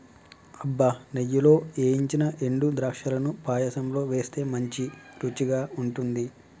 అబ్బ నెయ్యిలో ఏయించిన ఎండు ద్రాక్షలను పాయసంలో వేస్తే మంచి రుచిగా ఉంటుంది